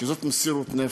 כי זאת מסירות נפש,